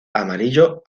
amarillo